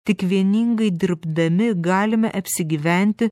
tik vieningai dirbdami galime apsigyventi